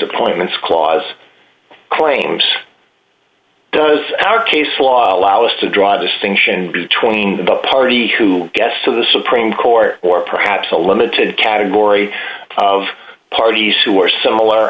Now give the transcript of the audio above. appointments clause claims does our case law allow us to draw a distinction between the party who gets to the supreme court or perhaps a limited category of parties who are similar